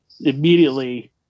immediately